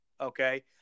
okay